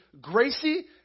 Gracie